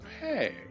Hey